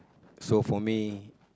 so for me